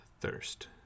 thirst